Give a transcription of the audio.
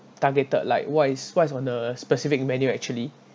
targeted what is what's on the specific menu actually